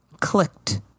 clicked